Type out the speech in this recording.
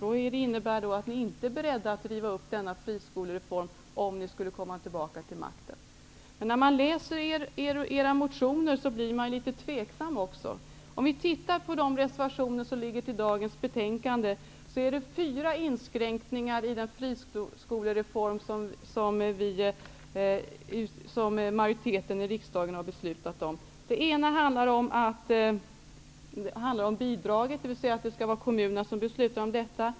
Det innebär att ni inte är beredda att driva upp denna friskolereform om ni skulle komma tillbaka till makten. Men när man läser era motioner blir man litet tvivlande. Om vi studerar reservationerna till dagens betänkande finner vi fyra inskränkningar i den friskolereform som majoriteten i riksdagen ställt sig bakom. Den första inskränkningen handlar om att kommunerna beslutar om bidraget.